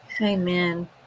amen